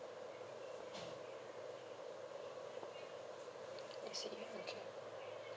I see